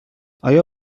آیا